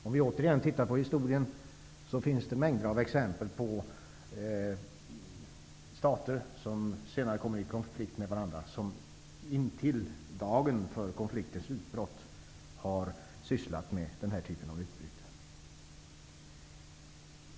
Om vi återigen tittar på historien, finner vi mängder av exempel på stater som intill dagen före en konflikts utbrott har sysslat med den typen av utbyte.